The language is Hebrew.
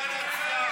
אפשר להציע,